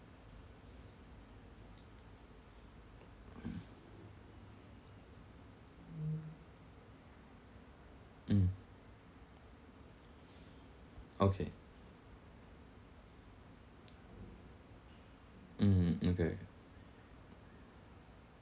mm okay mm okay